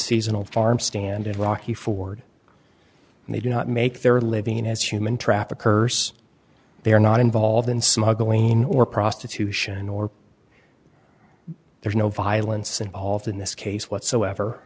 seasonal farm stand and walk he ford and they do not make their living as human traffickers they are not involved in smuggling or prostitution or there's no violence involved in this case whatsoever